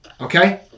Okay